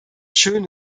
schön